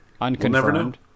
Unconfirmed